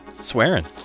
swearing